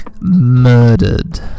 murdered